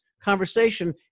conversation